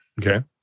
Okay